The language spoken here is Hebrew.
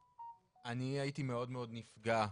אני הייתי מאוד מאוד נפגע,